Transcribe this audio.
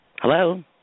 Hello